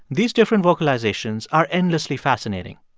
these different vocalizations are endlessly fascinating.